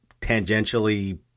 tangentially